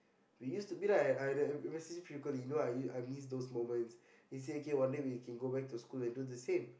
we used to be like I frequently you know I use I miss those moments he say okay okay one day we can go back to school and do the same